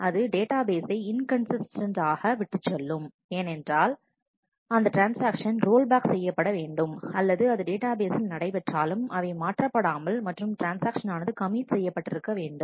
எனவே அது டேட்டா பேசை இன்கன்சிஸ்டன்ட் ஆக விட்டுச் செல்லும் ஏனென்றால் அந்த ட்ரான்ஸ்ஆக்ஷன் ரோல் பேக் செய்யப்பட வேண்டும் அல்லது அது டேட்டா பேசில் நடை பெற்றாலும் அவை மாற்றப்படாமல் மற்றும் ட்ரான்ஸ்ஆக்ஷன் ஆனது கமிட் செய்யப்பட்டிருக்க வேண்டும்